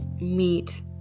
meet